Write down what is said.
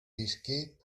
escape